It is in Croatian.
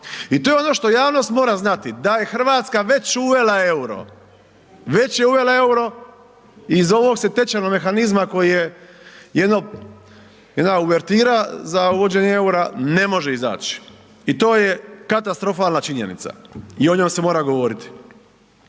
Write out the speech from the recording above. I to je ono što javnost mora znati, da je Hrvatska već uvela euro, već je uvela euro i iz ovog se tečajnog mehanizma koji je jedna uvertira za uvođenje eura ne može izaći i to je katastrofalna činjenica i o njoj se mora govoriti.